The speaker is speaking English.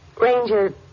Ranger